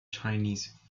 chinese